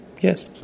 Yes